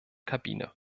kabine